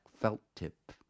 felt-tip